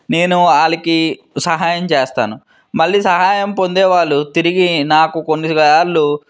నేను వాళ్ళకి సహాయం చేస్తాను మళ్ళీ సహాయం పొందేవాళ్ళు తిరిగి నాకు కొన్ని సార్లు